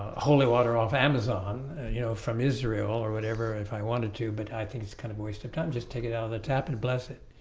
holy water off amazon you know from israel or whatever if i wanted to but i think it's kind of a waste of time just take it out of the tap and bless it